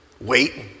wait